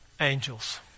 Angels